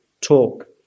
talk